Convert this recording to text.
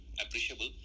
appreciable